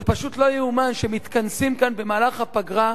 זה פשוט לא ייאמן שמתכנסים כאן במהלך הפגרה ומתעסקים,